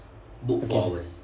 okay